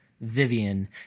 Vivian